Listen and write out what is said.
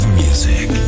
music